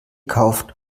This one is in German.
kauft